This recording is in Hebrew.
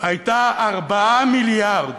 הייתה 4 מיליארד,